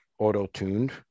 auto-tuned